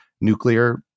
nuclear